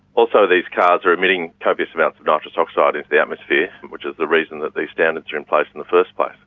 also these cars are emitting copious amounts of nitrous oxide into the atmosphere, which is the reason that these standards are in place in the first place.